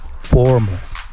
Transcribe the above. formless